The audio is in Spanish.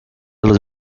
los